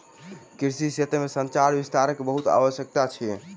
कृषि क्षेत्र में संचार विस्तारक बहुत आवश्यकता अछि